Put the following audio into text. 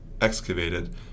excavated